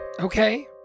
Okay